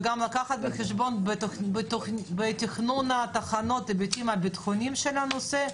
וגם לקחת בחשבון בתכנון התחנות היבטים ביטחוניים של הנושא,